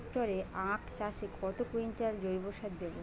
এক হেক্টরে আখ চাষে কত কুইন্টাল জৈবসার দেবো?